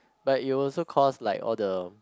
but it will also cause like all the